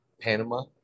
Panama